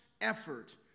effort